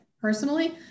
personally